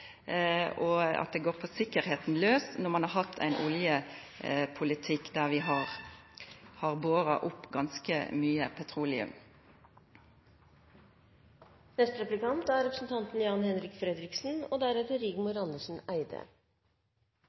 og at det går på tryggleiken laus når ein har ein oljepolitikk der vi pumpar opp ganske mykje petroleum. Solceller er